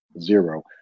zero